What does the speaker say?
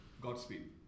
godspeed